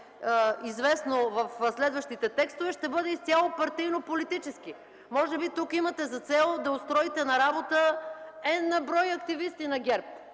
известно от следващите текстове, ще бъде изцяло партийно-политически. Може би тук имате за цел да устройте на работа „n” на брой активисти на ГЕРБ